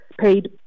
paid